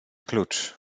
klucz